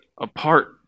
apart